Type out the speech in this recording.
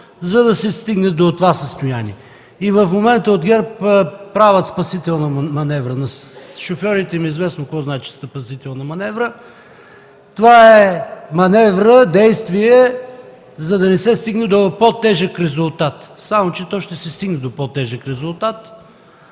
за да се стигне до това състояние. В момента от ГЕРБ се прави спасителна маневра. На шофьорите им е известно какво значи спасителна маневра. Това е маневра, действие, за да не се стигне до по-тежък резултат. Само че то ще се стигне до по-тежък резултат.